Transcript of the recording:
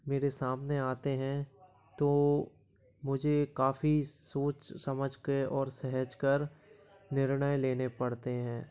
मेरे सामने आते हैं तो मुझे काफ़ी सोच समझ के और सहज कर निर्णय लेने पड़ते हैं